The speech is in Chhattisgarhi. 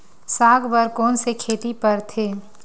साग बर कोन से खेती परथे?